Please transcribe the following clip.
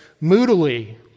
moodily